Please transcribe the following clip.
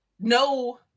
no